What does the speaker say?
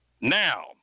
Now